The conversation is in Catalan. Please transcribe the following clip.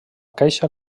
caixa